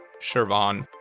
shirvan,